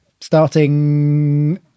Starting